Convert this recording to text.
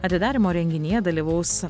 atidarymo renginyje dalyvaus